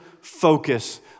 focus